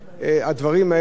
הדברים האלה,